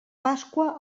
pasqua